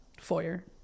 foyer